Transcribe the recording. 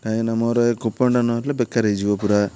କାହିଁକିନା ମୋର କୁପନ୍ଟା ନହେଲେ ବେକାର ହେଇଯିବ ପୁରା